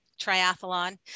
triathlon